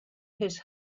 his